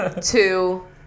two